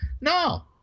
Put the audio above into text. No